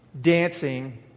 dancing